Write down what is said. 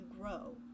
grow